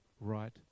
right